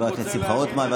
שמחה רוטמן.